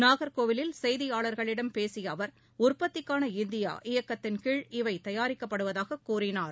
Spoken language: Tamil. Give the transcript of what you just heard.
நாகர்கோவிலில் செய்தியாளர்களிடம் பேசியஅவர் உற்பத்திக்காள இந்தியா இயக்கத்தின்கீழ் இவை தயாரிக்கப்படுவதாககூறினார்